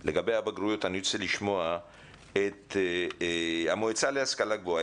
אני רוצה לשמוע את המועצה להשכלה גבוהה,